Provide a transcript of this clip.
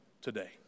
today